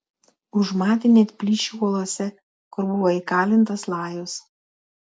užmatė net plyšį uolose kur buvo įkalintas lajus